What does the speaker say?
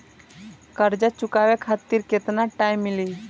कर्जा चुकावे खातिर केतना टाइम मिली?